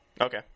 Okay